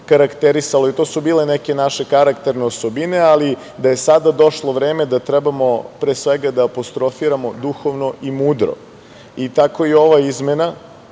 karakterisalo, i to su bile neke naše karakterne osobine, ali da je sada došlo vreme da treba da apostrofiramo duhovno i mudro, pa tako i ova izmena